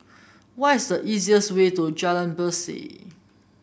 what is the easiest way to Jalan Berseh